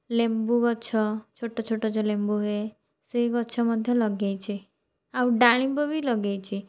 ଲେମ୍ବୁ ଗଛ ଛୋଟ ଛୋଟ ଯେଉଁ ଲେମ୍ବୁ ହୁଏ ସେଇ ଗଛ ମଧ୍ୟ ଲଗାଇଛି ଆଉ ଡାଳିମ୍ବ ବି ଲଗାଇଛି